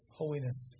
holiness